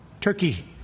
Turkey